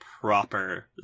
proper